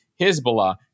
Hezbollah